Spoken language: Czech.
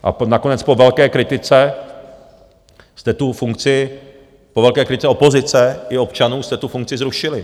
A nakonec po velké kritice jste tu funkci, po velké kritice opozice i občanů jste tu funkci zrušili.